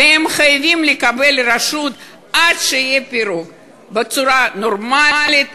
והם חייבים לקבל רשות עד שיהיה פירוק בצורה נורמלית,